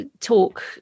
talk